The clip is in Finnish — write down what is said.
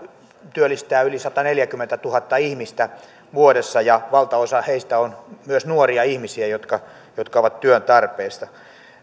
työllistää yli sataneljäkymmentätuhatta ihmistä vuodessa ja valtaosa heistä on nuoria ihmisiä jotka jotka ovat työn tarpeessa